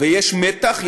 ויש מתח,